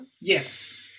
Yes